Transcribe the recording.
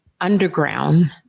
underground